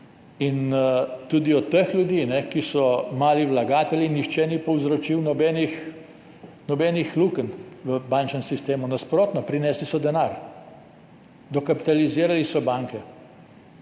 In tudi od teh ljudi, ki so mali vlagatelji, nihče ni povzročil nobenih lukenj v bančnem sistemu, nasprotno, prinesli so denar, dokapitalizirali so banke